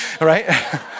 right